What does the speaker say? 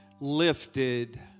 lifted